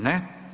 Ne.